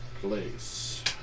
place